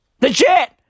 Legit